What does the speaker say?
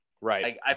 Right